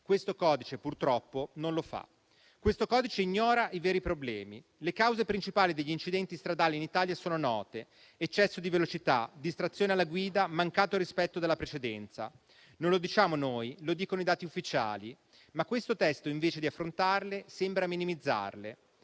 Questo codice purtroppo non lo fa, questo codice ignora i veri problemi. Le cause principali degli incidenti stradali in Italia sono note: eccesso di velocità, distrazione alla guida, mancato rispetto della precedenza. Non lo diciamo noi, lo dicono i dati ufficiali, ma questo testo, invece di affrontarle, sembra minimizzarle,